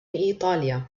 إيطاليا